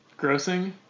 Grossing